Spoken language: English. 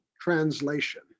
translation